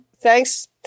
thanks